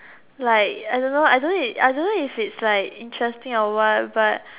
like I don't know I don't I don't know if it's like interesting or what but